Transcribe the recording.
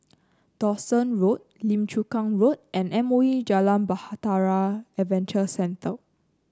Dawson Road Lim Chu Kang Road and M O E Jalan Bahtera Adventure Centre